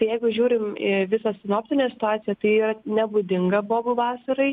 tai jeigu žiūrim į visą sinoptinę situaciją tai yra nebūdinga bobų vasarai